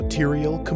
Material